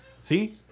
See